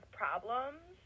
problems